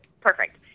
Perfect